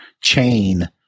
chain